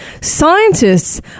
Scientists